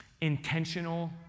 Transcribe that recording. intentional